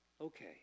Okay